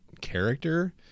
character